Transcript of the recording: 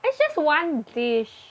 that's just one dish